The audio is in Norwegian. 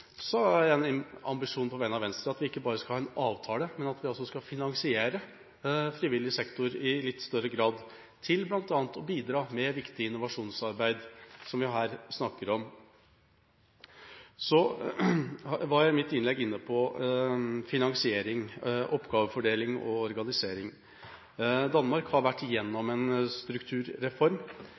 en ambisjon på vegne av Venstre om at vi ikke bare skal ha en avtale, men at vi også skal finansiere frivillig sektor i litt større grad – til bl.a. å bidra med viktig innovasjonsarbeid som vi her snakker om. Så var jeg i mitt innlegg inne på finansiering, oppgavefordeling og organisering. Danmark har vært igjennom en strukturreform.